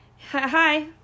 Hi